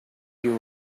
cubes